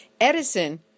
Edison